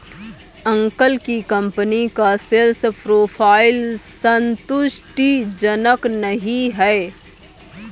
uncle की company का sales profile संतुष्टिजनक नही है